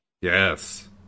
Yes